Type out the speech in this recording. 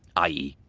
i e.